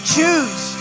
Choose